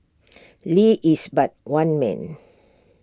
lee is but one man